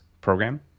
program